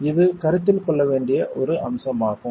எனவே இது கருத்தில் கொள்ள வேண்டிய ஒரு அம்சமாகும்